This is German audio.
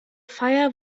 feier